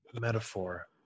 metaphor